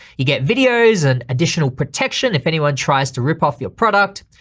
you get videos and additional protection if anyone tries to rip off your product.